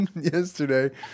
yesterday